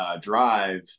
drive